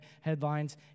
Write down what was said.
headlines